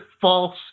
false